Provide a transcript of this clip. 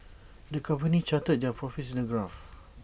the company charted their profits in A graph